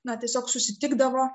na tiesiog susitikdavo